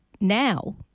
now